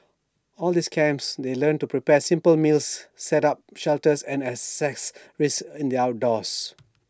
all these camps they learn to prepare simple meals set up shelters and assess risks in the outdoors